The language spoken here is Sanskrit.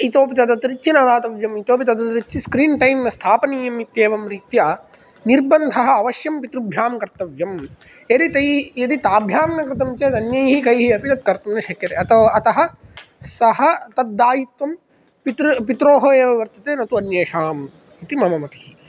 इतोऽपि तदतिरिच्य न दातव्यम् इतोऽपि तदतिरिच्य स्क्रीन् टैम् न स्थापनीयं इत्येवं रीत्या निर्बन्धः अवश्यं पितृभ्यां कर्तव्यं यदि तै यदि ताभ्यां न कृतं चेत् अन्यैः कैः अपि तद् कर्तुं न शक्यते अतो अतः सः तद् दायित्वं पित्रृ पित्रोः एव वर्तते न तु अन्येषाम् इति मम मतिः